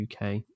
uk